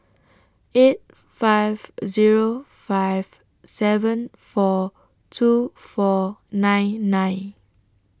eight five A Zero five seven four two four nine nine